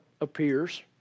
appears